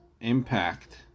Impact